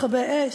מכבי אש,